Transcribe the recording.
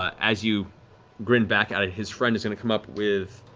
ah as you grin back at it, his friend is going to come up with